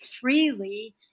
freely